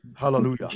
Hallelujah